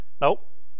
Nope